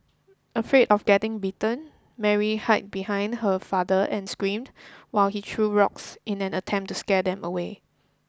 afraid of getting bitten Mary hid behind her father and screamed while he threw rocks in an attempt to scare them away